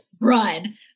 run